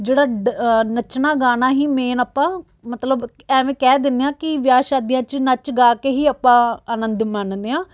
ਜਿਹੜੇ ਡ ਨੱਚਣਾ ਗਾਉਣਾ ਹੀ ਮੇਨ ਆਪਾਂ ਮਤਲਬ ਐਵੇਂ ਕਹਿ ਦਿੰਦੇ ਹਾਂ ਕਿ ਵਿਆਹ ਸ਼ਾਦੀਆਂ 'ਚ ਨੱਚ ਗਾ ਕੇ ਹੀ ਆਪਾਂ ਅਨੰਦ ਮਾਣਦੇ ਹਾਂ